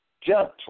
gentle